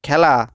খেলা